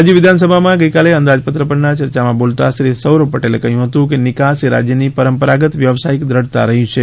રાજ્ય વિધાનસભામાં ગઇકાલે અંદાજપત્ર પરના ચર્ચામાં બોલતાં શ્રી સૌરભ પટેલે કહ્યુ હતું કે નિકાસ એ રાજ્યની પરંપરાગત વ્યવસાયિક દ્રઢતા રહી છે